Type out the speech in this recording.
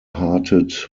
hearted